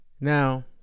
Now